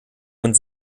hund